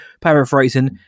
paraphrasing